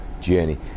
journey